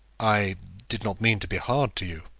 i did not mean to be hard to you.